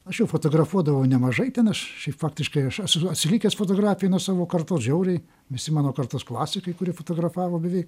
aš jau fotografuodavau nemažai ten aš šiaip faktiškai aš esu atsilikęs fotografijoj nuo savo kartos žiauriai visi mano kartos klasikai kurie fotografavo beveik